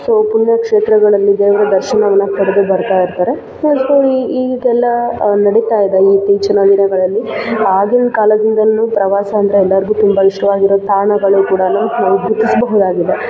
so ಪುಣ್ಯಕ್ಷೇತ್ರಗಳಲ್ಲಿ ದೇವರ ದರ್ಶನವನ್ನು ಪಡೆದು ಬರ್ತಾ ಇರ್ತಾರೆ ಸೊ ಸೊ ಈ ಇದೆಲ್ಲ ನಡೀತಾ ಇದೆ ಇತ್ತೀಚಿನ ದಿನಗಳಲ್ಲಿ ಆಗಿನ ಕಾಲದಿಂದಲೂ ಪ್ರವಾಸ ಅಂದರೆ ಎಲ್ಲರಿಗೂ ತುಂಬ ಇಷ್ಟವಾಗಿರೋ ತಾಣಗಳು ಕೂಡ ನಾವು ಗುರುತಿಸಬಹುದಾಗಿದೆ